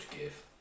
give